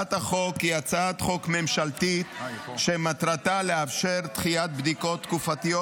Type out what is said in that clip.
הצעת החוק היא הצעת חוק ממשלתית שמטרתה לאפשר דחיית בדיקות תקופתיות